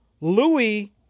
Louis